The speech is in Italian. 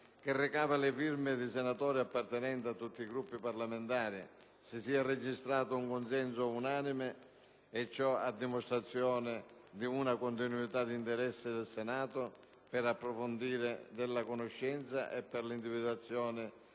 che recava le firme di senatori appartenenti a tutti i Gruppi parlamentari, si sia registrato un consenso unanime, e ciò a dimostrazione di una continuità di interesse del Senato per l'approfondimento della conoscenza e per l'individuazione